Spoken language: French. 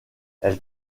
elle